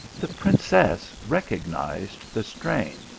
the princess recognized the strain.